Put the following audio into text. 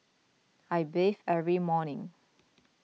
I bathe every morning